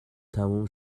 تموم